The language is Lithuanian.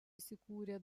įsikūrę